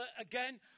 again